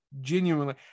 genuinely